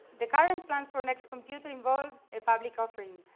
the current plans for next computer involve a public offering,